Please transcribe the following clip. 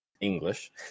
English